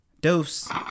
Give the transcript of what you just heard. Dose